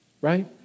right